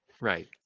right